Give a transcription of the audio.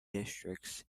districts